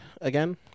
again